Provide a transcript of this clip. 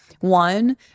one